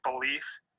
belief